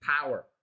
power